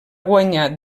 guanyar